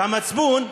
המצפון,